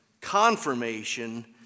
Confirmation